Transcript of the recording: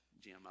Jim